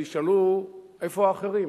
וישאלו: איפה האחרים?